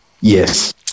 Yes